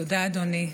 תודה, אדוני.